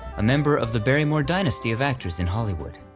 a member of the barrymore dynasty of actors in hollywood.